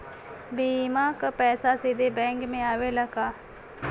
बीमा क पैसा सीधे बैंक में आवेला का?